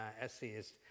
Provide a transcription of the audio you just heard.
essayist